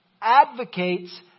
advocates